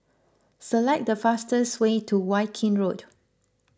select the fastest way to Viking Road